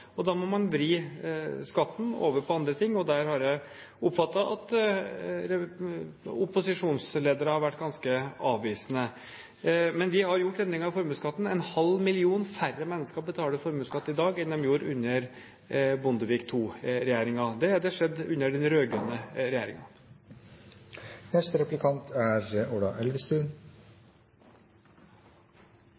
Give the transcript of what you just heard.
godtar. Da må man vri skatten over på andre ting, og der har jeg oppfattet at opposisjonsledere har vært ganske avvisende. Men vi har gjort endringer i formuesskatten. En halv million færre mennesker betaler formuesskatt i dag sammenlignet med slik situasjonen var under Bondevik II-regjeringen. Dette har skjedd under den